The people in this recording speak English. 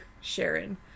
Sharon